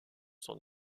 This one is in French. sont